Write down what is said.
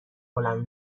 بلند